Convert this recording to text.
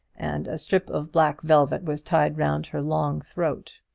and a strip of black velvet was tied round her long throat.